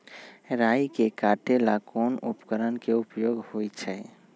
राई के काटे ला कोंन उपकरण के उपयोग होइ छई?